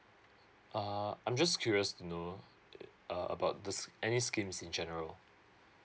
uh I'm just curious to know uh about this any schemes in general